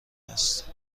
است